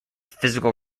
physical